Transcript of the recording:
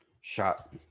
shot